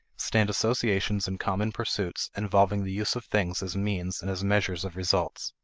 stand associations in common pursuits involving the use of things as means and as measures of results.